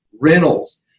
Rentals